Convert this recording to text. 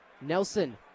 Nelson